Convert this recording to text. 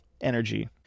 energy